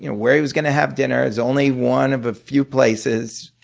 you know where he was going to have dinner it was only one of a few places.